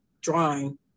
drawing